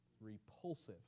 repulsive